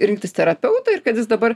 rinktis terapeutą ir kad jis dabar